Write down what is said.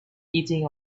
eating